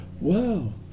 wow